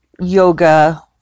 yoga